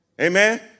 Amen